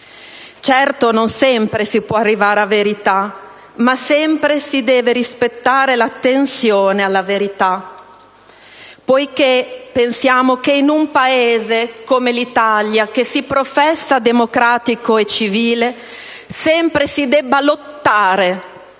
Certo, non sempre si può arrivare a verità, ma sempre si deve rispettare la tensione alla verità, poiché pensiamo che, in un Paese come l'Italia, che si professa democratico e civile, sempre si debba lottare